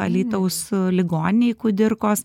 alytaus ligoninėj kudirkos